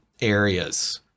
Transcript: areas